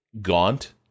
gaunt